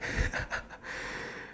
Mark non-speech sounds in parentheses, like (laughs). (laughs)